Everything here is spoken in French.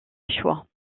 choix